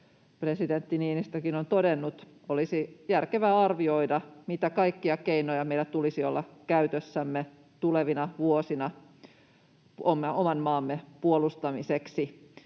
presidentti Niinistökin on todennut — olisi järkevää arvioida, mitä kaikkia keinoja meillä tulisi olla käytössämme tulevina vuosina oman maamme puolustamiseksi.